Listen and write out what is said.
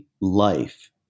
life